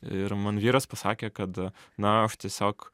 ir man vyras pasakė kad a na aš tiesiog